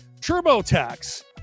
TurboTax